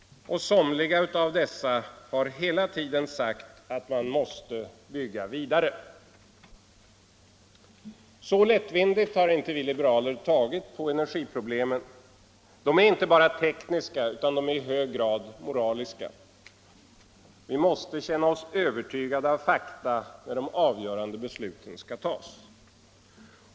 Och somliga av dem har hela tiden sagt att man måste bygga vidare. Så lättvindigt har inte vi liberaler tagit på energiproblemen, som inte bara är tekniska utan i hög grad moraliska. Vi måste känna oss övertygade av fakta, när de avgörande besluten skall tas.